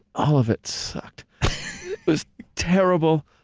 all of it sucked. it was terrible,